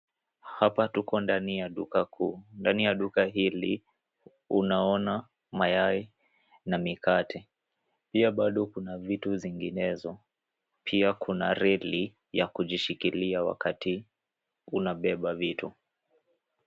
Hapa tuko ndani ya duka kuu, ndani ya duka hili unaona mayai na mikate, pia bado kuna vitu zinginezo. Pia kuna reli ya kujishikilia wakati unabeba vitu.